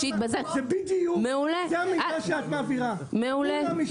זה המידע שאת מעבירה --- מעולה.